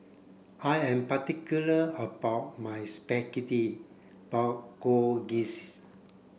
I am particular about my Spaghetti Bolognese